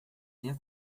tenha